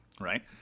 right